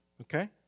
Okay